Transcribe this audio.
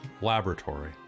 laboratory